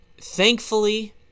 Thankfully